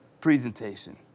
presentation